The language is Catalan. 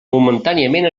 momentàniament